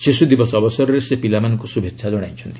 ଶିଶୁଦିବସ ଅବସରରେ ସେ ପିଲାମାନଙ୍କୁ ଶୁଭେଚ୍ଛା ଜଣାଇଛନ୍ତି